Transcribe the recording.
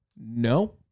No